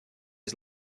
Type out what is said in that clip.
his